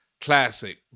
classic